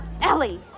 Ellie